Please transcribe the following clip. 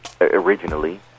originally